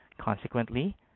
Consequently